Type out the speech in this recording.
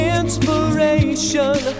inspiration